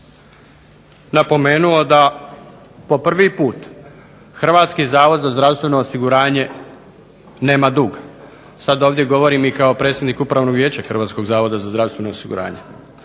napomenuo da po prvi put Hrvatski zavod za zdravstveno osiguranje nema dug. Sad ovdje govorim i kao predsjednik Upravnog vijeća Hrvatskog zavoda za zdravstveno osiguranje.